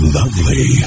lovely